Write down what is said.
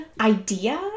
idea